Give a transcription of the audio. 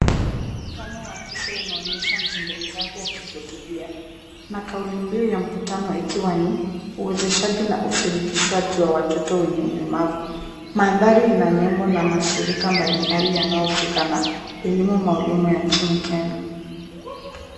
Mkutano wa kisi unaonyesha mzungumzaji akihutubia na kauli mbiu ya mkutano ikiwa ni uwezeshaji na ushirikishaji wa watoto wenye ulemavu. Mandhari ina nembo na mashirika mbalimbali yanayohusika na elimu maulimu ya nchini Kenya.